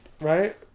Right